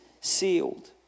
sealed